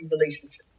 relationship